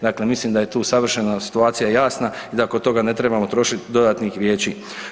Dakle, mislim da je tu savršeno situacija jasna i da oko toga ne trebamo trošiti dodatnih riječi.